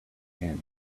and